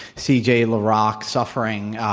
see jay laroc suffering.